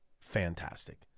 fantastic